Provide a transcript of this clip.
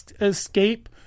escape